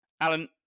Alan